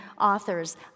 authors